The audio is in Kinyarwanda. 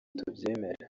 tubyemera